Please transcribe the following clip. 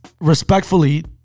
respectfully